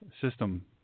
system